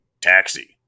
taxi